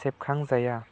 सेबखांजाया